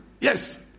Yes